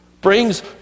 brings